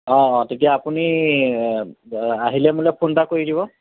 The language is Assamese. অঁ তেতিয়া আপুনি আহিলে মোলৈ ফোন এটা কৰি দিব